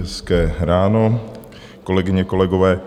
Hezké ráno, kolegyně, kolegové.